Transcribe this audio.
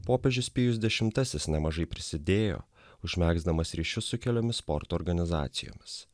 popiežius pijus dešimtasis nemažai prisidėjo užmegzdamas ryšius su keliomis sporto organizacijomis